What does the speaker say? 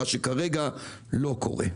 מה שכרגע לא קורה.